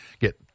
get